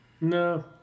No